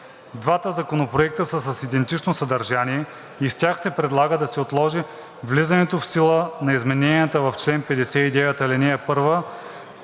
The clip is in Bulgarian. Двата законопроекта са с идентично съдържание и с тях се предлага да се отложи влизането в сила на измененията в чл. 59, ал. 1,